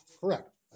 correct